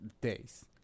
days